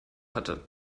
hatte